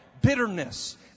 bitterness